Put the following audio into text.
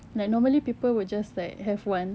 like normally people will just like have one